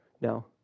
Now